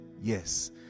yes